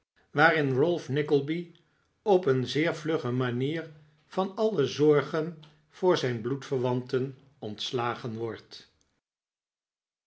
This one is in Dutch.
waarin ralph nickleby op een zeer vlugge manier van alle zorgen voor zijn bloedverwanten ontslagen wordt